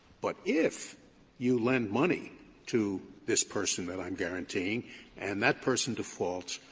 but if you lend money to this person that i'm guarantying and that person defaults,